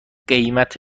قیمت